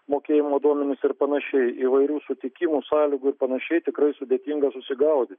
mokėjimo duomenys ir panašiai įvairių sutikimų sąlygų ir panašiai tikrai sudėtinga susigaudyti